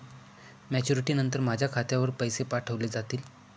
Maturity नंतर माझ्या खात्यावर पैसे पाठविले जातील?